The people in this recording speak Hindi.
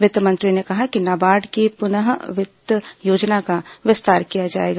वित्त मंत्री ने कहा कि नाबार्ड की पुनः वित्त योजना का विस्तार किया जाएगा